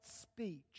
speech